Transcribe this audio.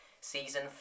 season